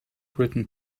written